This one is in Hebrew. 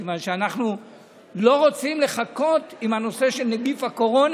מכיוון שאנחנו לא רוצים לחכות עם הנושא של נגיף הקורונה.